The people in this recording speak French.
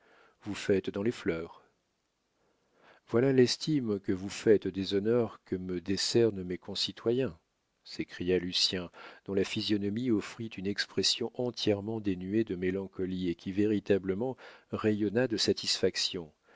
vous faites dans les fleurs voilà l'estime que vous faites des honneurs que me décernent mes concitoyens s'écria lucien dont la physionomie offrit une expression entièrement dénuée de mélancolie et qui véritablement rayonna de satisfaction